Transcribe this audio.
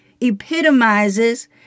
epitomizes